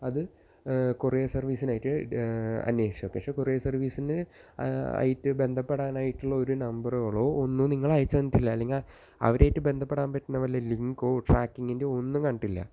അത് കൊറിയർ സർവീസിലേക്ക് അന്വേഷിച്ചു പക്ഷെ കൊറിയർ സർവീസില് ആയിട്ട് ബന്ധപെടാനായിട്ടുള്ളൊരു നമ്പറുകളോ ഒന്നും നിങ്ങളയച്ച്ന്നിട്ടില്ല അല്ലങ്കിൽ അവരായിട്ട് ബന്ധപ്പെടാൻ പറ്റുന്ന വല്ല ലിങ്കോ ട്രാക്കിങ്ങിൻറ്റെ ഒന്നും കണ്ടിട്ടില്ല